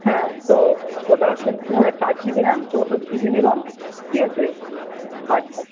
হ্যাঁ তো ওটা হচ্ছে চার জিবি র্যাম চৌষট্টি জিবি রম ঠিক আছে আচ্ছা